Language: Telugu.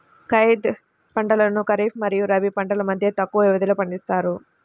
జైద్ పంటలను ఖరీఫ్ మరియు రబీ పంటల మధ్య తక్కువ వ్యవధిలో పండిస్తారు